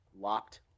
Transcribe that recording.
Locked